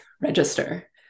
register